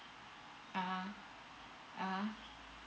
(uh huh) (uh huh)